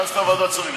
מה עשתה ועדת שרים?